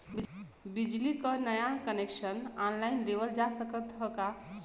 बिजली क नया कनेक्शन ऑनलाइन लेवल जा सकत ह का?